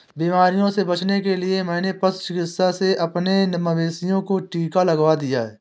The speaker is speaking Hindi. बीमारियों से बचने के लिए मैंने पशु चिकित्सक से अपने मवेशियों को टिका लगवा दिया है